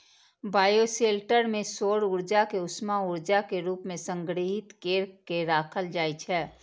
bioshelter मे सौर ऊर्जा कें उष्मा ऊर्जा के रूप मे संग्रहीत कैर के राखल जाइ छै